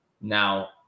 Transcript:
Now